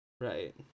right